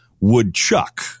Woodchuck